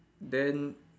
then